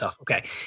Okay